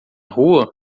rua